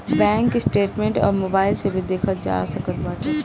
bank statement अब mobile से भी देखल जा सकत बाटे